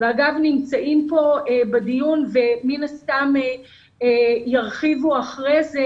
אגב, נמצאים כאן בדיון, ומן הסתם ירחיבו לאחר מכן,